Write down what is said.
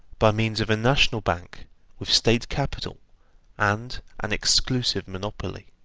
by means of a national bank with state capital and an exclusive monopoly.